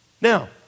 Now